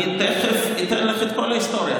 אני תכף אתן לך את כל ההיסטוריה,